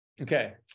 Okay